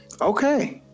Okay